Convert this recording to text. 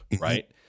right